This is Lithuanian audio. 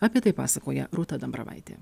apie tai pasakoja rūta dambravaitė